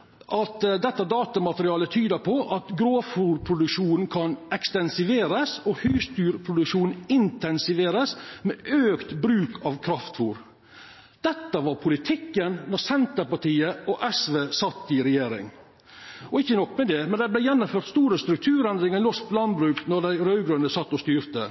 kraftfôr.» Dette var politikken då Senterpartiet og SV sat i regjering. Ikkje nok med det, men det vart gjennomført store strukturendringar i norsk landbruk då dei raud-grøne sat og styrte.